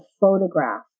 photograph